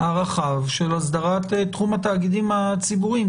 הרחב של הסדרת תחום התאגידים הציבוריים?